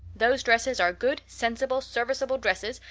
those dresses are good, sensible, serviceable dresses,